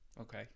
Okay